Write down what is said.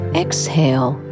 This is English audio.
exhale